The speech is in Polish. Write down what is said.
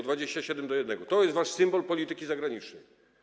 27 do 1 - to jest wasz symbol polityki zagranicznej.